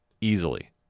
easily